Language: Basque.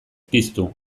piztu